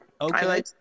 Okay